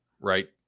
right